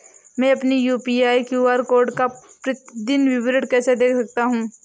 मैं अपनी UPI QR code का प्रतीदीन विवरण कैसे देख सकता हूँ?